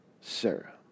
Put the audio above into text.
Sarah